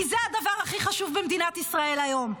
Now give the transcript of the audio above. כי זה הדבר הכי חשוב במדינת ישראל היום.